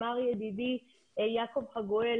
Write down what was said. אמר ידידי יעקב חגואל